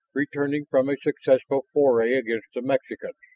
returning from a successful foray against the mexicans.